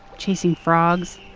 chasing frogs,